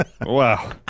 Wow